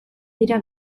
dira